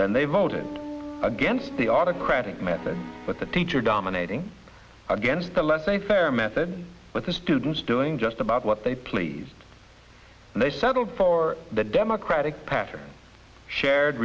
then they voted against the autocratic method but the teacher dominating against the let's say fair method with the students doing just about what they please and they settled for the democratic patter shared